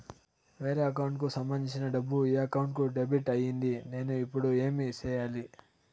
వేరే అకౌంట్ కు సంబంధించిన డబ్బు ఈ అకౌంట్ కు డెబిట్ అయింది నేను ఇప్పుడు ఏమి సేయాలి